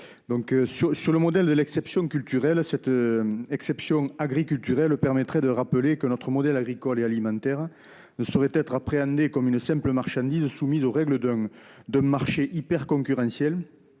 sur le modèle de l'exception culturelle, cette exception agriculturelle permettrait de consacrer le principe suivant : notre modèle agricole et alimentaire ne saurait être appréhendé comme une simple marchandise soumise aux règles d'un marché hyperconcurrentiel